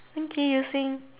okay you sing